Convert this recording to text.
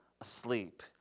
asleep